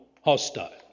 hostile